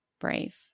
brave